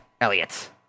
Elliot